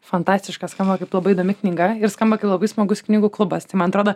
fantastiška skamba kaip labai įdomi knyga ir skamba kaip labai smagus knygų klubas tai man atrodo